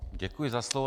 Děkuji za slovo.